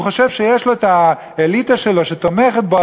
הוא חושב שאם יש לו האליטה שלו שתומכת בו,